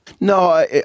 No